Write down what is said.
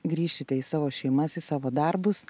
grįšite į savo šeimas į savo darbus